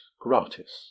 gratis